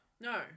No